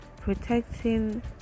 protecting